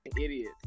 Idiot